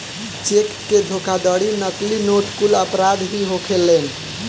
check के धोखाधड़ी, नकली नोट कुल अपराध ही होखेलेन